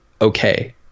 okay